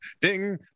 Ding